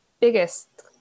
biggest